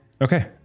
Okay